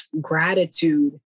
gratitude